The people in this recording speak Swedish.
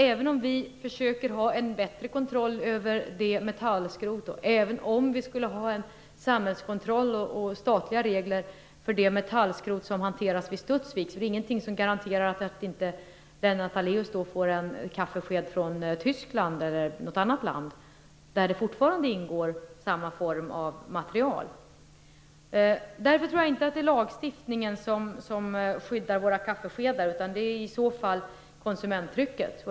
Även om vi försöker ha en bättre kontroll över metallskrot, även om vi skulle ha en samhällskontroll och statliga regler för det metallskrot som hanteras vid Studsvik är det ingenting som garanterar att Lennart Daléus inte får en kaffesked från Tyskland eller något annat land där det fortfarande ingår samma slags material. Därför tror jag inte att det är lagstiftningen som skyddar våra kaffeskedar, utan det är i så fall konsumenttrycket.